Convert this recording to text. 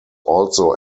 also